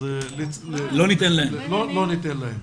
לא ניתן להם.